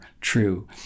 true